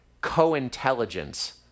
co-intelligence